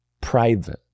private